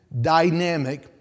dynamic